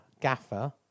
gaffer